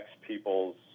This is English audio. people's